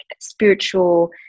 spiritual